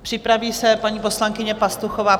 Připraví se paní poslankyně Pastuchová.